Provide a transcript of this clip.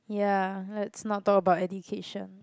ya let's not talk about education